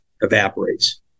evaporates